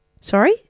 Sorry